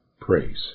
praise